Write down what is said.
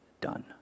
done